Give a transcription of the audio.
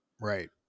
Right